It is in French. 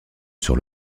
sur